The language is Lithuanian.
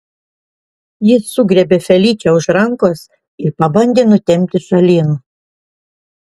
jis sugriebė feličę už rankos ir pabandė nutempti šalin